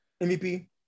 MVP